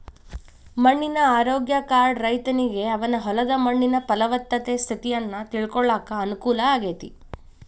ಮಣ್ಣಿನ ಆರೋಗ್ಯ ಕಾರ್ಡ್ ರೈತನಿಗೆ ಅವನ ಹೊಲದ ಮಣ್ಣಿನ ಪಲವತ್ತತೆ ಸ್ಥಿತಿಯನ್ನ ತಿಳ್ಕೋಳಾಕ ಅನುಕೂಲ ಆಗೇತಿ